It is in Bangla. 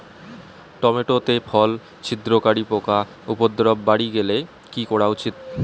টমেটো তে ফল ছিদ্রকারী পোকা উপদ্রব বাড়ি গেলে কি করা উচিৎ?